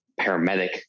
paramedic